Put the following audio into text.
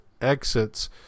exits